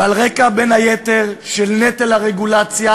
בין היתר על הרקע של נטל הרגולציה